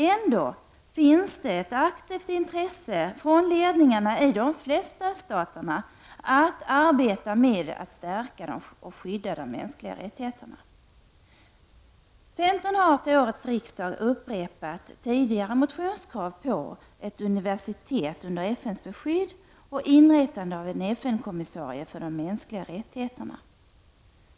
Ändå tycks det finnas ett aktivt intresse från ledningarna i de flesta öststaterna att arbeta för att stärka och skydda de mänskliga rättigheterna. Centern har till detta riksmöte upprepat tidigare motionskrav på ett universitet under FNs beskydd och inrättandet av en FN-kommissarie för de mänskliga rättigheterna.